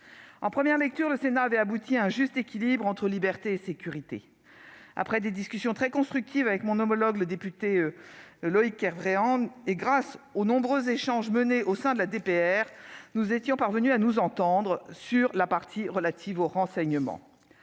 En première lecture, le Sénat avait abouti à un juste équilibre entre liberté et sécurité. Après des discussions très constructives avec mon homologue, le député Loïc Kervran, et grâce aux nombreux échanges menés au sein de la DPR, nous étions parvenus à nous entendre sur la partie relative au renseignement.